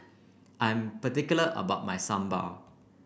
I'm particular about my Sambar